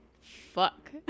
fuck